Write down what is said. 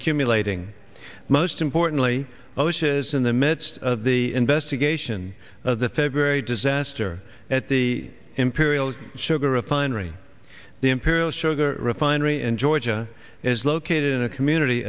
accumulating most importantly moshe's in the midst of the investigation of the february disaster at the imperial sugar refinery the imperial sugar refinery in georgia is located in a community